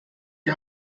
die